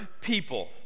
people